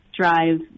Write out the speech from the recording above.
drive